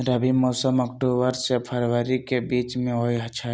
रबी मौसम अक्टूबर से फ़रवरी के बीच में होई छई